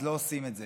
אז לא עושים את זה.